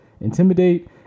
intimidate